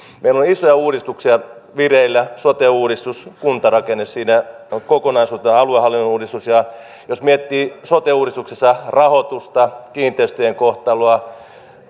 meillä on isoja uudistuksia vireillä sote uudistus kuntarakenne siinä kokonaisuutena aluehallinnon uudistus ja jos miettii sote uudistuksessa rahoitusta kiinteistöjen kohtaloa